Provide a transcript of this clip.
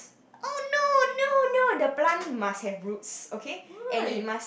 oh no no no the plant must have roots okay and it must